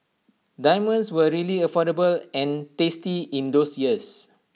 diamonds were really affordable and tasty in those years